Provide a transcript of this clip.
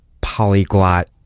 polyglot